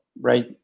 right